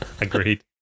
Agreed